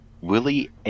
Willie